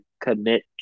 commit